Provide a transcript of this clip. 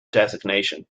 designation